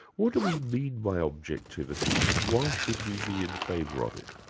what do we mean by objectivity and why should we be in favour of it?